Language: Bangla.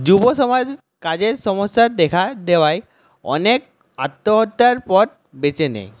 যুব সমাজ কাজের সমস্যা দেখা দেওয়ায় অনেক আত্মহত্যার পথ বেছে নেয়